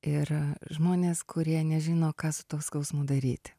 ir žmonės kurie nežino ką su tuo skausmu daryti